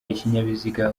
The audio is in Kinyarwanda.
ikinyabiziga